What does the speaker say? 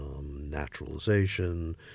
naturalization